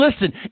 listen